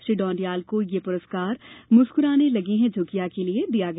श्री ढौडियाल को यह पुरस्कार मुस्कुराने लगी हैं झुग्गियां के लिए दिया गया